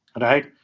right